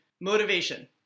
motivation